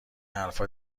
حرفا